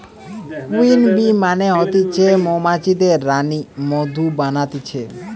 queen bee মানে হতিছে মৌমাছিদের রানী মধু বানাতিছে